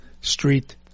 Street